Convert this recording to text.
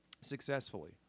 successfully